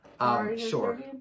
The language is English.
Sure